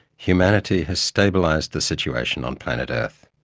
humanity has stabilized the situation on planet earth